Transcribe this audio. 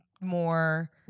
more